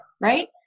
right